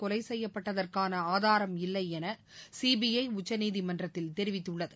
கொலைசெய்யப்பட்டதற்கானஆதாரமில்லையெனசிபிஐஉச்சநீதிமன்றத்தில் தெரிவித்துள்ளது